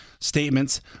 statements